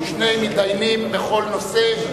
שני מתדיינים בכל נושא.